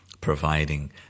providing